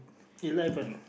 eleven